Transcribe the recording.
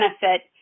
Benefit